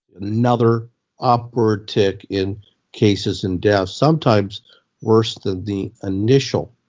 another upward tick in cases and deaths, sometimes worse than the initial